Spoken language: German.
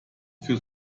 für